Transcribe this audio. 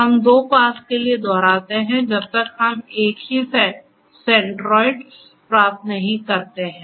हम दो पास के लिए दोहराते हैं जब तक हम एक ही सेंट्रोइड प्राप्त नहीं करते हैं